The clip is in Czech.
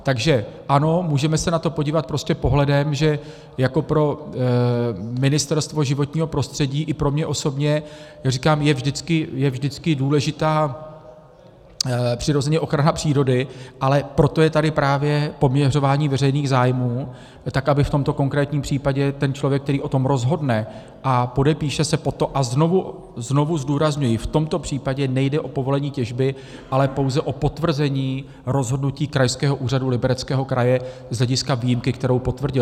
Takže ano, můžeme se na to podívat prostě pohledem, že pro Ministerstvo životního prostředí i pro mě osobně, říkám, je vždycky důležitá přirozeně ochrana přírody, ale proto je tady právě poměřování veřejných zájmů, tak aby v tomto konkrétním případě ten člověk, který o tom rozhodne a podepíše se pod to, a znovu zdůrazňuji v tomto případě nejde o povolení těžby, ale pouze o potvrzení rozhodnutí Krajského úřadu Libereckého kraje z hlediska výjimky, kterou potvrdil.